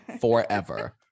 forever